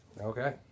Okay